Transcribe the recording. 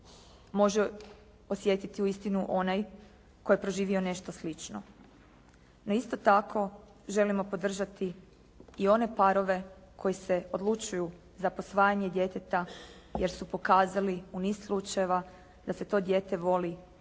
može osjetiti uistinu onaj tko je proživio nešto slično. No isto tako, želimo podržati i one parove koji se odlučuju za posvajanje djeteta jer su pokazali u niz slučajeva da se to dijete voli